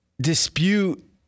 dispute